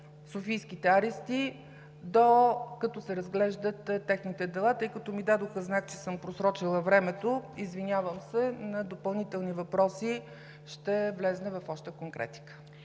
софийските арести, докато се разглеждат техните дела. Тъй като ми дадоха знак, че съм просрочила времето, извинявам се – при допълнителните въпроси ще вляза в още конкретика.